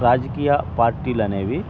రాజకీయ పార్టీలు అనేవి